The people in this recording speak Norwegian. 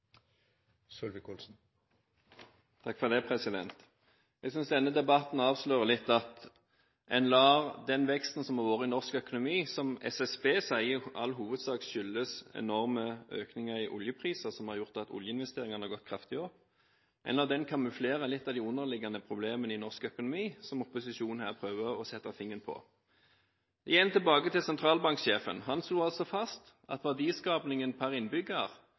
Jeg synes denne debatten avslører litt at en lar den veksten som har vært i norsk økonomi, som SSB sier i all hovedsak skyldes enorme økninger i oljeprisen som har gjort at oljeinvesteringene har gått kraftig opp, kamuflere litt av de underliggende problemene i norsk økonomi, som opposisjonen her prøver å sette fingeren på. Igjen tilbake til sentralbanksjefen. Han slo altså fast at verdiskapingen per innbygger